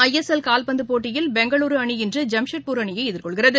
ஐ S L கால்பந்து போட்டியில் பெங்களூரூ அணி இன்று ஜாம்ஷெட்பூர் அணியை எதிர்கொள்கிறது